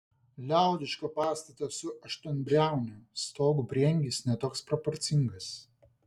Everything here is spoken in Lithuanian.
liaudiško pastato su aštuonbriauniu stogu prieangis ne toks proporcingas